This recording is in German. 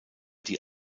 die